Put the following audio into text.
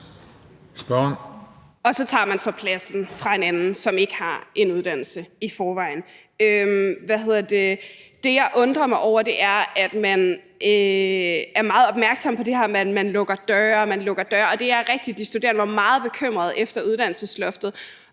Så tager man så pladsen fra en anden, som ikke har en uddannelse i forvejen. Det, som jeg undrer mig over, er, at man er meget opmærksom på det her med, at man lukker døre og man lukker døre, og det er rigtigt, at de studerende var meget bekymrede efter uddannelsesloftet,